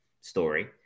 story